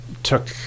took